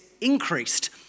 increased